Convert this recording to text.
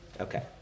Okay